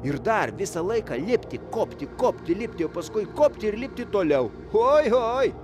ir dar visą laiką lipti kopti kopti lipti o paskui kopti ir lipti toliau oi oi